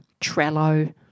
Trello